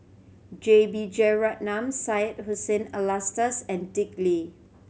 J B Jeyaretnam Syed Hussein Alatas and Dick Lee